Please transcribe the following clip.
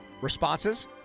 responses